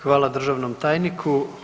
Hvala državnom tajniku.